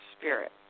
spirit